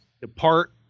depart